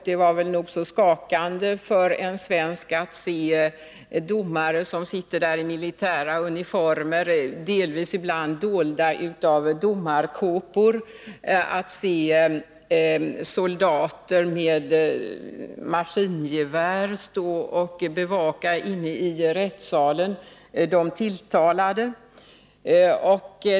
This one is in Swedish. Det var nog så skakande för en svensk att se domare som sitter i militära uniformer, ibland delvis dolda av domarkåpor, och att se soldater med maskingevär som inne i rättssalen bevakar de tilltalade.